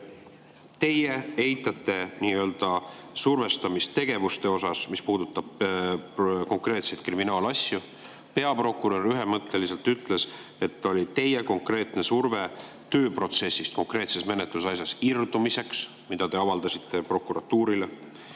Teie eitate nii-öelda survestamist tegevuste puhul, mis puudutavad konkreetseid kriminaalasju. Peaprokurör ütles ühemõtteliselt, et oli konkreetne surve tööprotsessis konkreetsest menetlusasjast irduda, mida teie avaldasite prokuratuurile.